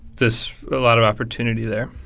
there's a lot of opportunity there.